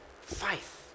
faith